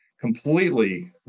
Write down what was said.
completely